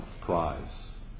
prize